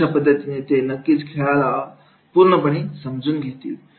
आणि अशा पद्धतीने ते नक्कीच खेळाला पूर्णपणे समजून घेतील